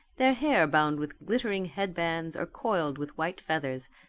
their hair bound with glittering headbands or coiled with white feathers,